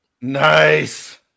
Nice